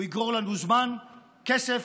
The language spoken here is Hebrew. הוא יגרור לנו זמן, כסף,